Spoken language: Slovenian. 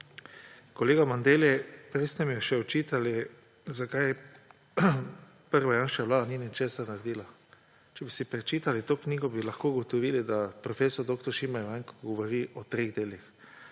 Kolega Bandelli, prej ste mi še očitali, zakaj prva Janševa vlada ni ničesar naredila. Če bi si prečitali to knjigo, bi lahko ugotovili, da prof. dr. Šime Ivanjko govori o treh delih.